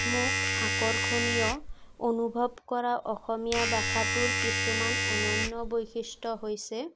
মোক আকৰ্ষণীয় অনুভৱ কৰা অসমীয়া ভাষাটোৰ কিছুমান অনন্য বৈশিষ্ট্য় হৈছে